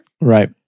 right